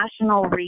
national